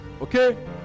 Okay